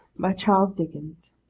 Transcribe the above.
by charles dickens